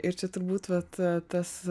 ir čia turbūt vat tas